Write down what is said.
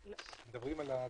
אנחנו מדברים על הדיגיטל.